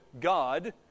God